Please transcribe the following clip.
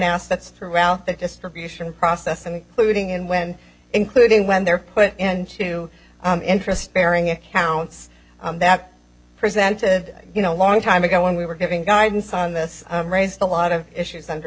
assets throughout the distribution process and polluting and when including when they're put into interest bearing accounts that presented you know a long time ago when we were giving guidance on this raised a lot of issues under